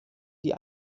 die